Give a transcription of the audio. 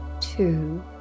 two